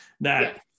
that-